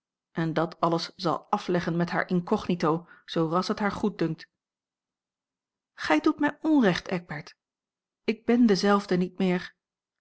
en dat alles zal afleggen met haar incognito zoo ras het haar goeddunkt gij doet mij onrecht eckbert ik ben dezelfde niet meer